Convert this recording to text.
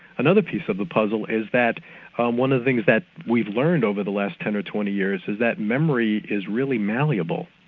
another piece of the puzzle is that um one of the things that we've learned over the last ten or twenty years is that memory is really malleable,